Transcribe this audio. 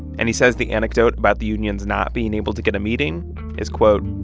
and he says the anecdote about the unions not being able to get a meeting is, quote,